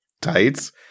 tights